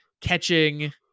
catching